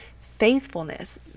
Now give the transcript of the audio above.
faithfulness